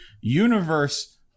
universe